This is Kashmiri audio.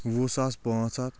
وُہ ساس پانٛژھ ہَتھ